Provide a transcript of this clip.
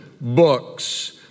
books